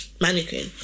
mannequin